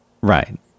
right